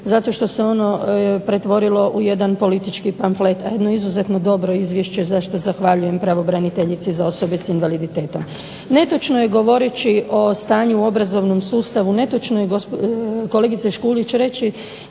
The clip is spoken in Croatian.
zato što se ono pretvorili u jedan politički pamflet, a jedno izuzetno dobro izvješće zašto zahvaljujem pravobraniteljici za osobe sa invaliditetom. Netočno je govoreći u stanju u obrazovnom sustavu netočno je kolegice Škulić reći